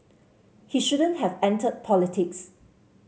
he shouldn't have entered politics